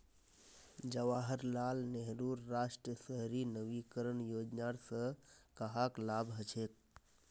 जवाहर लाल नेहरूर राष्ट्रीय शहरी नवीकरण योजनार स कहाक लाभ हछेक